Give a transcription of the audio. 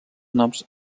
noms